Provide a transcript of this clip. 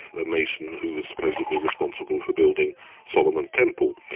a mason who was supposedly responsible for building solomon's temple.